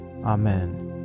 Amen